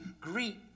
greet